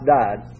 died